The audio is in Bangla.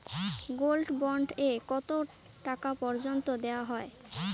গোল্ড বন্ড এ কতো টাকা পর্যন্ত দেওয়া হয়?